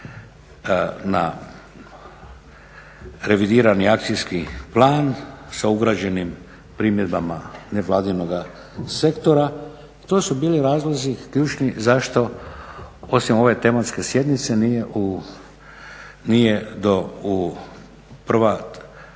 na revidirani akcijski plan sa ugrađenim primjedbama nevladinoga sektora. To su bili razlozi ključni zašto osim ove tematske sjednice nije do u prva tri